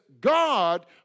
God